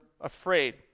afraid